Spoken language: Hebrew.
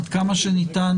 עד כמה שניתן,